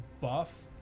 buff